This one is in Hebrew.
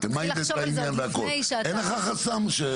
אין לך חסם.